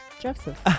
Joseph